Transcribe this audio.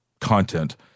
content